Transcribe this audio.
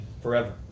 forever